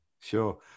Sure